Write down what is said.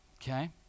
Okay